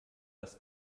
das